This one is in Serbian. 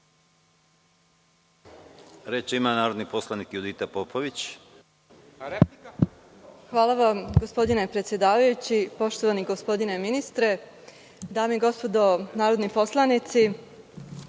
Reč ima narodni poslanik Judita Popović. **Judita Popović** Hvala vam, gospodine predsedavajući. Poštovani gospodine ministre, dame i gospodo narodni poslanici,